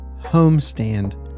homestand